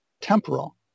temporal